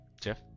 Jeff